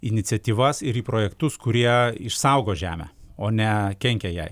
iniciatyvas ir į projektus kurie išsaugo žemę o ne kenkia jai